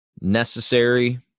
necessary